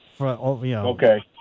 Okay